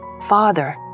Father